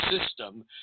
system